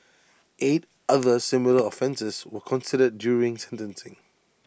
eight other similar offences were considered during sentencing